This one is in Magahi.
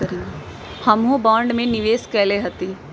हमहुँ बॉन्ड में निवेश कयले हती